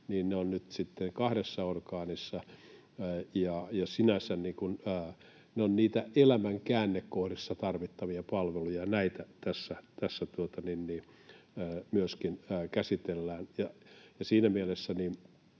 sitten kahdessa orgaanissa. Sinänsä ne ovat niitä elämän käännekohdissa tarvittavia palveluja, ja näitä tässä myöskin käsitellään. Siinä mielessä,